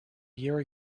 year